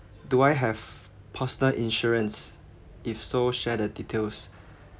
do I have postal insurance if so share the details